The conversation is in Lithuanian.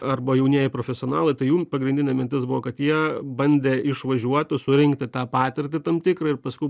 arba jaunieji profesionalai tai jų pagrindinė mintis buvo kad jie bandė išvažiuoti surinkti tą patirtį tam tikrą ir paskui